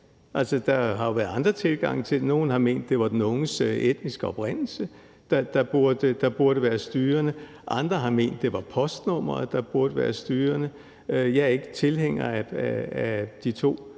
Der har jo været andre tilgange til det. Nogle har ment, at det var den unges etniske oprindelse, der burde være styrende. Andre har ment, at det var postnummeret, der burde være styrende. Jeg er ikke tilhænger af de to